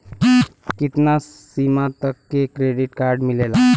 कितना सीमा तक के क्रेडिट कार्ड मिलेला?